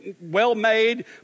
well-made